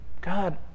God